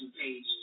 page